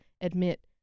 admit